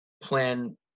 plan